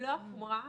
במלוא החומרה